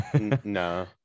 no